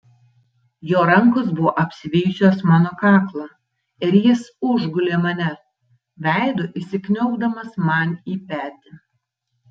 jo rankos buvo apsivijusios mano kaklą ir jis užgulė mane veidu įsikniaubdamas man į petį